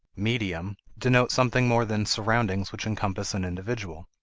medium denote something more than surroundings which encompass an individual.